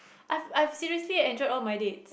I I seriously enjoyed all my dates